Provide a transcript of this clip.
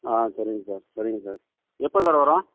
ஆ சரிங்க சார் சரிங்க சார் எப்போது சார் வரும்